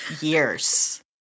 years